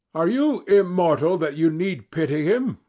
are you immortal that you need pity him?